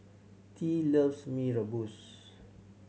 Tea loves Mee Rebus